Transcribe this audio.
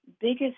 Biggest